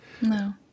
no